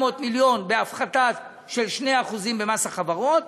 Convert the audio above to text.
מיליון ש"ח בהפחתה של 2% במס החברות,